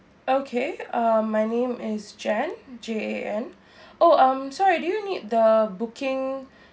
okay uh my name is jan J A N oh um sorry do you need the booking